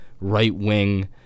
right-wing